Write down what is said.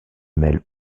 mêle